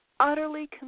utterly